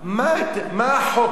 מה החוק אומר?